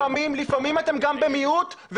לפעמים אתם גם במיעוט.